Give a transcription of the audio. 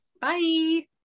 Bye